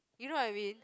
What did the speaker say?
you know what I mean